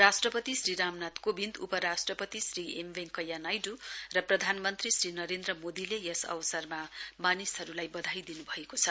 राष्ट्रपति श्री रामनाथ कोविन्द उपराष्ट्रपति श्री एम वेन्कैय्या नाइडू र प्रधानमन्त्री श्री नरेन्द्र मोदीले यस अवसरमा मानिसहरुलाई वधाई दिनुभएको छ